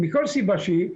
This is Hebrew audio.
מכל סיבה שהיא,